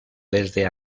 desde